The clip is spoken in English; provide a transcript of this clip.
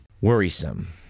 worrisome